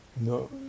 no